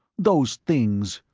those things.